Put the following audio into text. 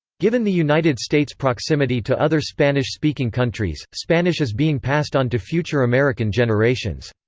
given the united states' proximity to other spanish-speaking countries, spanish is being passed on to future american generations.